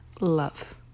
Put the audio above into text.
love